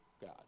God